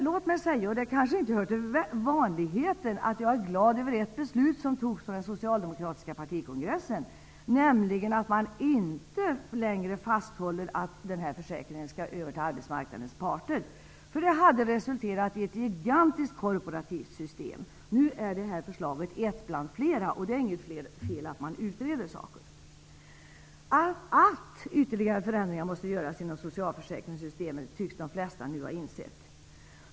Låt mig säga -- vilket kanske inte hör till vanligheten -- att jag är glad över ett beslut som fattades vid den socialdemokratiska partikongressen, nämligen att man inte längre håller fast vid att ansvaret för försäkringen skall läggas på arbetsmarknadens parter. Det hade resulterat i ett gigantiskt korporativt system. Nu kvarstår detta endast som ett av flera förslag i utredningen. Det är inget fel i att utreda förslag. Att ytterligare förändringar måste göras inom socialförsäkringssystemen tycks de flesta nu ha insett.